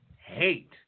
hate